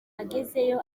agezeyo